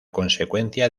consecuencia